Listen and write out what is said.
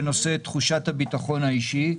בנושא תחושת הביטחון האישי.